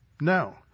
No